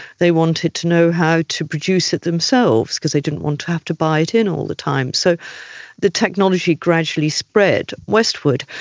they wanted to know how to produce it themselves because they didn't want to have to buy it in all the time. so the technology gradually spread westward.